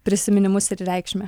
prisiminimus ir reikšmę